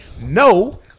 no